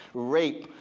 rape,